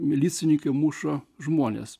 milicininkai muša žmones